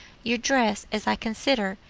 your dress, as i consider,